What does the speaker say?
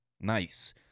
Nice